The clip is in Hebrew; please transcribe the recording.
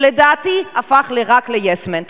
שלדעתי הפך רק ל"יס-מן".